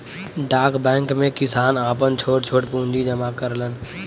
डाक बैंक में किसान आपन छोट छोट पूंजी जमा करलन